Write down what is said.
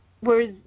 Whereas